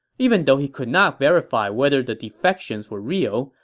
even though he could not verify whether the defections were real,